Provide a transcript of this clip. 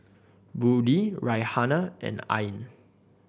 Budi Raihana and Ain